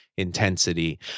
Intensity